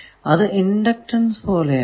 അത് ഇണ്ടക്ടൻസ് പോലെ ആണ്